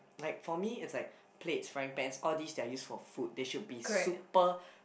like for me it's like plates frying pan all these are used for food they should be super